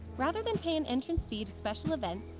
rather than pay an entrance fee to special events,